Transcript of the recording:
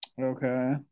Okay